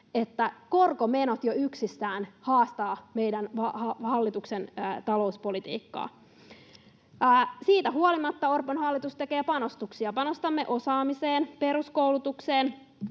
että korkomenot jo yksistään haastavat meidän hallituksen talouspolitiikkaa. Siitä huolimatta Orpon hallitus tekee panostuksia. Panostamme osaamiseen, peruskoulutukseen.